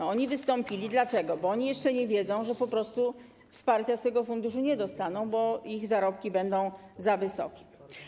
Oni wystąpili, bo jeszcze nie wiedzą, że po prostu wsparcia z tego funduszu nie dostaną, bo ich zarobki będą za wysokie.